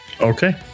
Okay